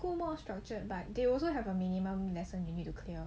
school more structured but they also have a minimum lesson you need to clear